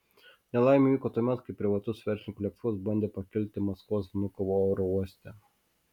nelaimė įvyko tuomet kai privatus verslininko lėktuvas bandė pakilti maskvos vnukovo oro uoste